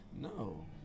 No